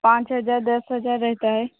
पाँच हज़ार दस हज़ार रहता है